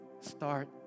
Start